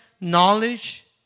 knowledge